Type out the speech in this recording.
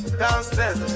downstairs